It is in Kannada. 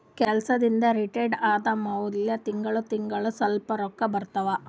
ಕೆಲ್ಸದಿಂದ್ ರಿಟೈರ್ ಆದಮ್ಯಾಲ ತಿಂಗಳಾ ತಿಂಗಳಾ ಸ್ವಲ್ಪ ರೊಕ್ಕಾ ಬರ್ತಾವ